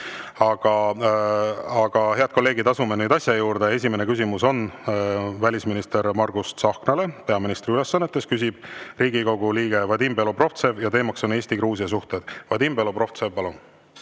kolleegid, asume nüüd asja juurde. Esimene küsimus on välisminister Margus Tsahknale peaministri ülesannetes, küsib Riigikogu liige Vadim Belobrovtsev ja teema on Eesti-Gruusia suhted. Vadim Belobrovtsev, palun!